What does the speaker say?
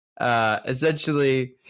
Essentially